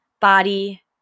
body